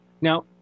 Now